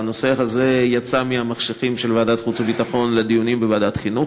והנושא הזה יצא מהמחשכים של ועדת חוץ וביטחון לדיונים בוועדת חינוך.